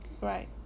Right